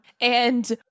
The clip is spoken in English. And-